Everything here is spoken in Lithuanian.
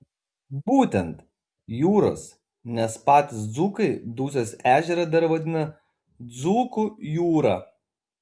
būtent jūros nes patys dzūkai dusios ežerą dar vadina dzūkų jūra